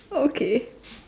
okay